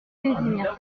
casimir